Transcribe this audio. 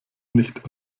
nicht